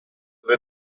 dove